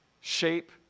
Shape